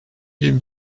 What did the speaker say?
bin